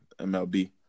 MLB